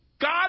God